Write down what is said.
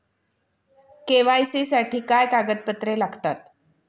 KYC साठी काय कागदपत्रे लागतात?